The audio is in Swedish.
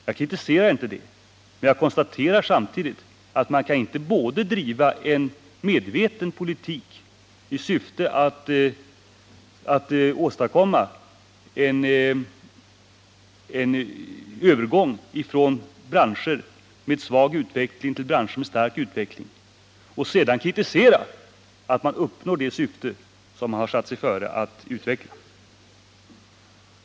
Jag kritiserar inte detta, men jag konstaterar samtidigt att man inte kan både driva en medveten politik i syfte att åstadkomma en övergång från branscher med svag utveckling till branscher med stark utveckling och kritisera att man uppnår just det syfte som man har satt sig före att uppnå.